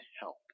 help